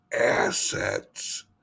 assets